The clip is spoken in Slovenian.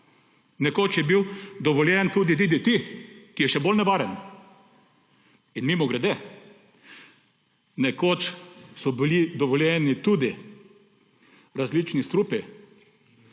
Nekoč je bil dovoljen tudi DDT, ki je še bolj nevaren! In mimogrede, nekoč so bili dovoljeni tudi različni strupi,